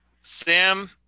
Sam